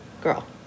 Girl